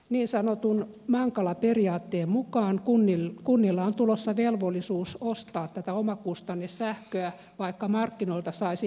niin sanotun mankala periaatteen mukaan kunnille on tulossa velvollisuus ostaa tätä omakustannesähköä vaikka markkinoilta saisi halvempaa sähköä